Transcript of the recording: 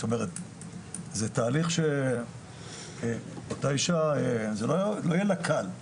זה תהליך שאותה אישה, זה לא יהיה לה קל.